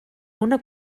una